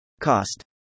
cost